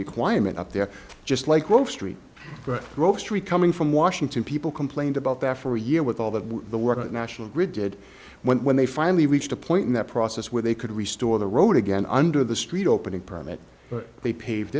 requirement up there just like wall street grocery coming from washington people complained about that for a year with all that the work at national grid did when they finally reached a point in that process where they could restore the road again under the street opening permit they paved